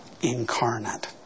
incarnate